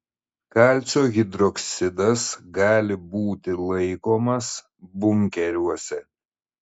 kalcio hidroksidas gali būti laikomas bunkeriuose